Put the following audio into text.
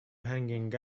hanging